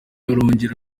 arongera